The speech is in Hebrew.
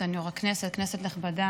סגן יו"ר הכנסת, כנסת נכבדה,